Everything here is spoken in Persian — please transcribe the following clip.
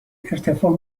ارتفاع